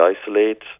isolate